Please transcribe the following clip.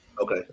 Okay